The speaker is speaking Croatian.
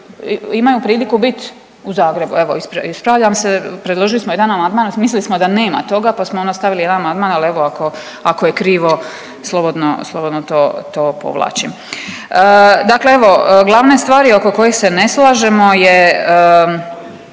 imaju priliku bit u Zagrebu evo ispravljam se, predložili smo jedan amandman mislili smo da nema toga pa samo ono stavili jedan amandman, ali evo ako je krivo slobodno to povlačim. Dakle, evo glavne stvari oko kojih se ne slažemo je